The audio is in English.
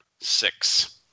six